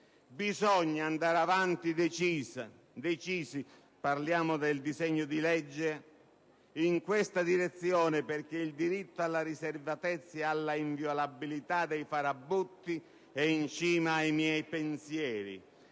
disegno di legge - «in questa direzione perché il diritto alla riservatezza e all'inviolabilità» (dei farabutti) è «in cima ai miei pensieri.